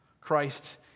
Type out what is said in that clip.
Christ